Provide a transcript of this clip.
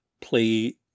play